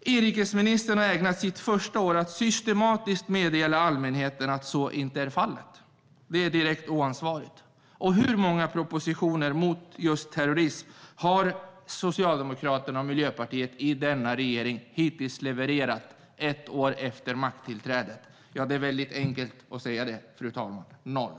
Inrikesministern har ägnat sitt första år åt att systematiskt meddela allmänheten att så inte är fallet. Det är direkt oansvarigt. Hur många propositioner mot just terrorism har Socialdemokraterna och Miljöpartiet i denna regering hittills levererat, ett år efter makttillträdet? Ja, det är väldigt enkelt att säga det, fru talman: Noll.